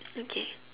okay